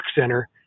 center